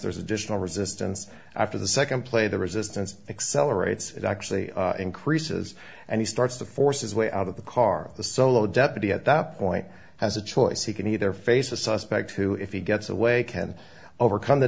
there's additional resistance after the nd play the resistance accelerates it actually increases and he starts to force his way out of the car the solo deputy at that point has a choice he can either face a suspect who if he gets away can overcome the